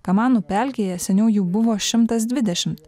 kamanų pelkėje seniau jų buvo šimtas dvidešimt